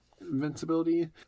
invincibility